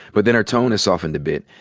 but then her tone has softened a bit.